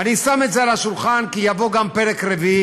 ואני שם את זה על השולחן, כי יבוא גם פרק רביעי,